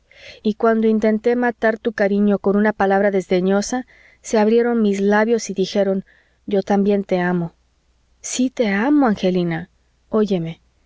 y cuando intente matar tu cariño con una palabra desdeñosa se abrieron mis labios y dijeron yo también te amo sí te amo angelina oyeme